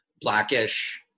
blackish